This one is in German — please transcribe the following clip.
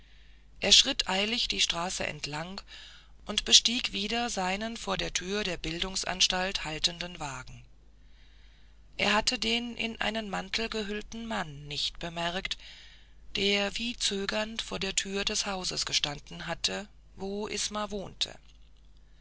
er schritt eilig die straße entlang und bestieg wieder seinen vor der tür der bildungsanstalt haltenden wagen er hatte den in einen mantel gehüllten mann nicht bemerkt der wie zögernd vor der tür des hauses gestanden hatte wo isma wohnte